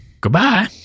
goodbye